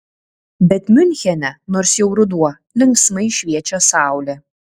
bet miunchene nors jau ruduo linksmai šviečia saulė